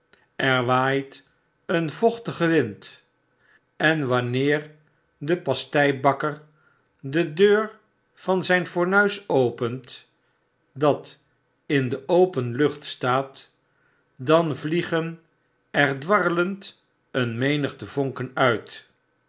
er waait een vochtige wind en wanneer de pasteibakker de deur van zjjn fornuis opent dat in de open lucht staat dan vliegen er dwarrelend eene menigte vonken uit